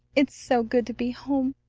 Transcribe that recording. it's so good to be home!